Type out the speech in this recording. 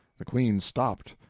the queen stopped,